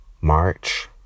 march